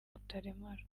rutaremara